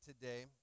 today